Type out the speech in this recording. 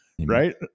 Right